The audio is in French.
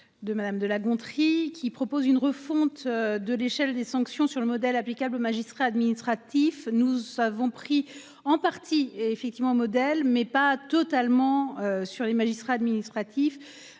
De madame de La Gontrie qui propose une refonte de l'échelle des sanctions sur le modèle applicable aux magistrats administratifs, nous avons pris en partie et effectivement modèle mais pas totalement sur les magistrats administratifs,